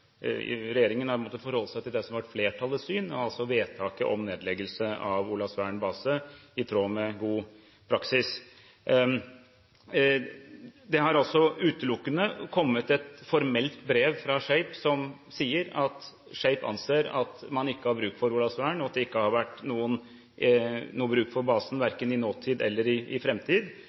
flertallets syn – vedtaket om nedleggelse av Olavsvern base – i tråd med god praksis. Det har utelukkende kommet et formelt brev fra SHAPE som sier at SHAPE anser at man ikke har bruk for Olavsvern, og at det ikke er bruk for basen verken i nåtid eller i framtid. Det er det vi har forholdt oss til. Dette synet er også blitt bekreftet på nytt i